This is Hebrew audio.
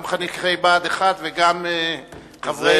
גם חניכי בה"ד 1 וגם חברי מועצות.